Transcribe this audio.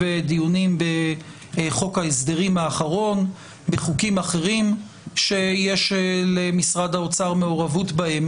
דיונים בחוק ההסדרים האחרון ובחוקים אחרים שיש למשרד האוצר מעורבות בהם